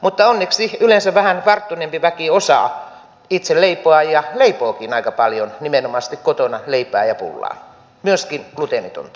mutta onneksi yleensä vähän varttuneempi väki osaa itse leipoa ja leipookin aika paljon nimenomaan sitten kotona leipää ja pullaa myöskin gluteenitonta